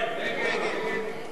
מסדר-היום של הכנסת